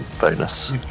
bonus